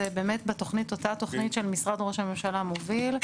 זאת באמת באותה תוכנית שמשרד ראש הממשלה מוביל,